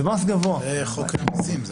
זה חוק המסים.